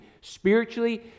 Spiritually